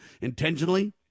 intentionally